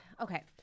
Okay